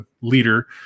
leader